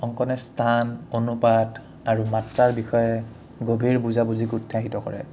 অংকনে স্থান অনুপাত আৰু মাত্ৰাৰ বিষয়ে গভীৰ বুজাবুজিক উৎসাহিত কৰে